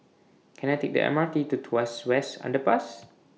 Can I Take The M R T to Tuas West Underpass